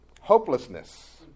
Hopelessness